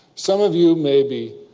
some of you may be,